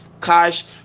cash